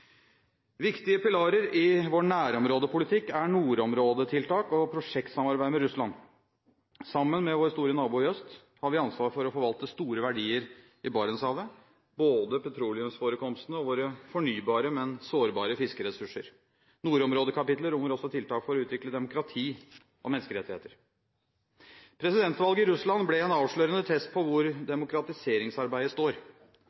Viktige pilarer i vår nærområdepolitikk er nordområdetiltak og prosjektsamarbeid med Russland. Sammen med vår store nabo i øst har vi ansvar for å forvalte store verdier i Barentshavet, både petroleumsforekomstene og våre fornybare, men sårbare fiskeressurser. Nordområdekapitlet rommer også tiltak for å utvikle demokrati og menneskerettigheter. Presidentvalget i Russland ble en avslørende test på hvor demokratiseringsarbeidet står.